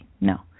No